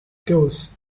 toes